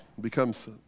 becomes